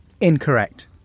Incorrect